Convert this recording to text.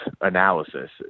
analysis